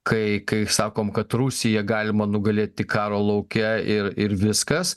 kai kai sakom kad rusiją galima nugalėt tik karo lauke ir ir viskas